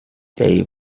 day